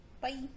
Bye